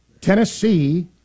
Tennessee